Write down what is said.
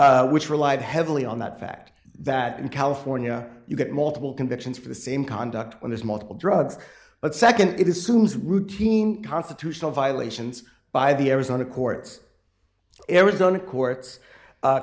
lopez which relied heavily on that fact that in california you get multiple convictions for the same conduct when there's multiple drugs but nd it is soon as routine constitutional violations by the arizona courts arizona court